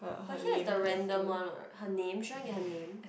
but here is the random one what her name she want to get her name